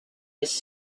his